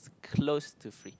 close to free